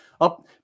up